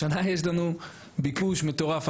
השנה יש לנו ביקוש מטורף,